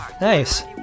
Nice